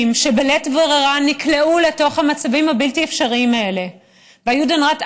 שבלית ברירה נקלעו לתוך המצבים הבלתי-אפשריים האלה ביודנראט,